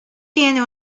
tiene